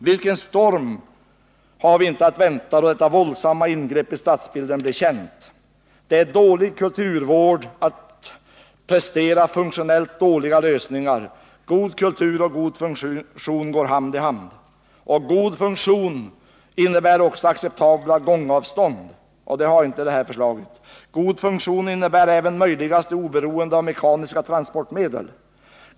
Vilken storm har vi inte att vänta, då detta våldsamma ingrepp i stadsbilden blir känt! Det är dålig kulturvård att prestera funktionellt dåliga lösningar. God kultur och god funktion går hand i hand. God funktion innebär också acceptabla gångavstånd. God funktion innebär största möjliga oberoende av mekaniska transportmedel.